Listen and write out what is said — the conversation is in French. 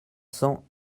cents